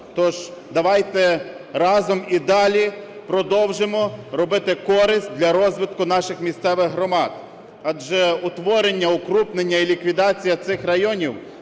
Тож давайте разом і далі продовжимо робити користь для розвитку наших місцевих громад. Адже утворення, укрупнення і ліквідація цих районів